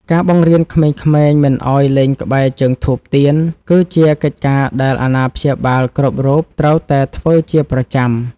ការបង្រៀនក្មេងៗមិនឱ្យលេងក្បែរជើងធូបទៀន គឺជាកិច្ចការដែលអាណាព្យាបាលគ្រប់រូបត្រូវតែធ្វើជាប្រចាំ។